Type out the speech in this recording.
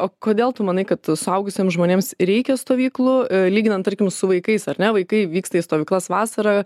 o kodėl tu manai kad suaugusiems žmonėms reikia stovyklų lyginant tarkim su vaikais ar ne vaikai vyksta į stovyklas vasarą